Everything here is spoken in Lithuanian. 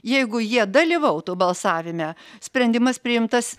jeigu jie dalyvautų balsavime sprendimas priimtas